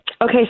Okay